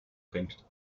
bringt